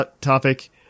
topic